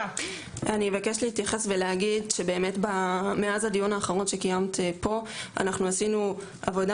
אני מבקשת להגיד שמאז הדיון האחרון פה עשינו עבודה